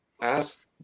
ask